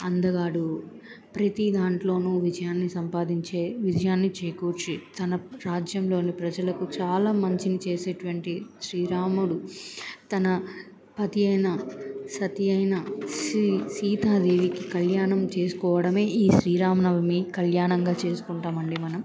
అందగాడు ప్రతి దాంట్లోనూ విజయాన్ని సంపాదించే విజయాన్ని చేకూర్చి తన రాజ్యంలోని ప్రజలకు చాలా మంచిని చేసేటువంటి శ్రీరాముడు తన పతి అయినా సతియైన శీ సీతాదేవికి కళ్యాణం చేసుకోవడమే ఈ శ్రీరామనవమి కళ్యాణంగా చేసుకుంటాం అండి మనం